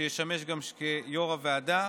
שישמש גם כיו"ר הוועדה,